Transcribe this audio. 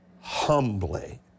humbly